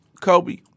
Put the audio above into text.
Kobe